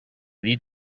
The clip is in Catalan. dit